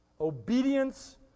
Obedience